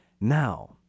Now